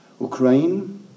Ukraine